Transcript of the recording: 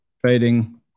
trading